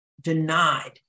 denied